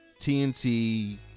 TNT